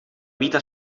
vita